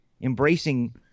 embracing